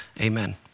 Amen